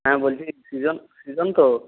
হ্যাঁ বলছি সৃজন সৃজন তো